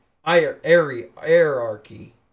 hierarchy